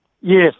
Yes